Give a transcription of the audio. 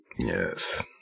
Yes